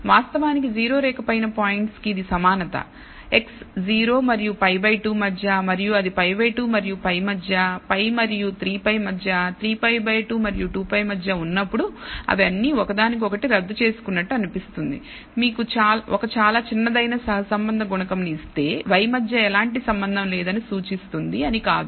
వాస్తవానికి 0 రేఖ పైన పాయింట్ కి ఇది సమానత x0 మరియు π 2 మధ్య మరియు అది π 2 మరియు π మధ్య π మరియు 3 π మధ్య 3 π 2 మరియు 2π మధ్య ఉన్నప్పుడు అవి అన్నిఒకదానికొకటి రద్దు చేసుకున్నట్టు అనిపిస్తుంది మీకు ఒక చాలా చిన్నదైన సహసంబంధ గుణకం ని ఇస్తే y మధ్య ఎటువంటి సంబంధం లేదని సూచిస్తుంది అని కాదు